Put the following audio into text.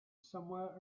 somewhere